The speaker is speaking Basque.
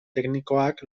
teknikoak